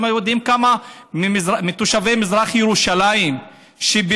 אתם יודעים כמה מתושבי מזרח ירושלים ביטלו